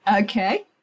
Okay